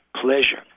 pleasure